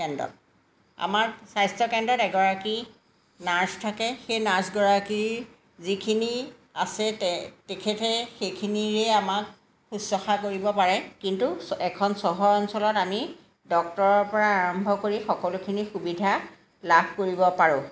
কেন্দ্ৰত আমাৰ স্বাস্থ্যকেন্দ্ৰত এগৰাকী নাৰ্ছ থাকে সেই নাৰ্ছগৰাকীৰ যিখিনি আছে তে তেখেতে সেইখিনিৰে আমাক শুশ্ৰূষা কৰিব পাৰে কিন্তু এখন চহৰ অঞ্চলত আমি ডক্তৰৰ পৰা আৰম্ভ কৰি সকলোখিনি সুবিধা লাভ কৰিব পাৰোঁ